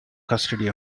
custody